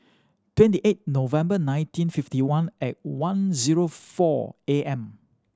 twenty eight November nineteen fifty one at one zero four A M